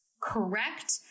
correct